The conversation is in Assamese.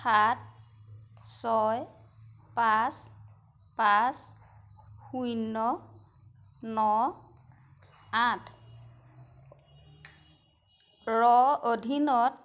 সাত ছয় পাঁচ পাঁচ শূন্য ন আঠৰ অধীনত